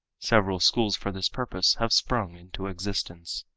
several schools for this purpose have sprung into existence.